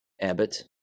Abbott